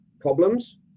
problems